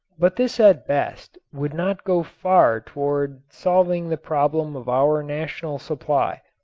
but this at best would not go far toward solving the problem of our national supply.